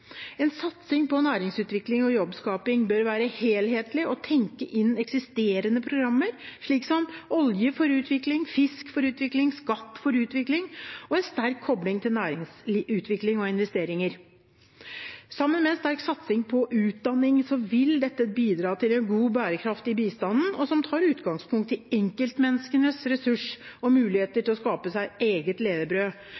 En satsing på næringsutvikling og jobbskaping bør være helhetlig og tenke inn eksisterende programmer som Olje for utvikling, Fisk for utvikling, Skatt for utvikling og en sterk kobling til næringsutvikling og investeringer. Sammen med en sterk satsing på utdanning vil dette bidra til en god bærekraft i bistanden, og som tar utgangspunkt i enkeltmenneskenes ressurser og